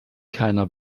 keiner